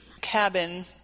cabin